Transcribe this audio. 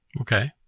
Okay